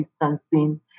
distancing